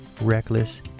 reckless